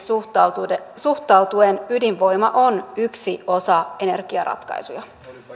suhtautuen ydinvoima on yksi osa energiaratkaisuja